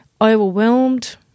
overwhelmed